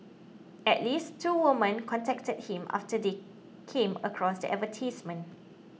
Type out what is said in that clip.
at least two women contacted him after they came across the advertisements